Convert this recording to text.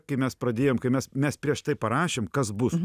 kai mes pradėjom kai mes mes prieš tai parašėm kas bus